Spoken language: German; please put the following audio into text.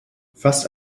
fast